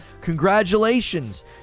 congratulations